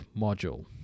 module